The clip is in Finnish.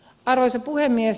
arvoisa puhemies